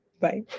Bye